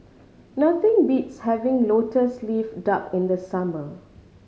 nothing beats having Lotus Leaf Duck in the summer